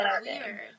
weird